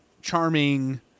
charming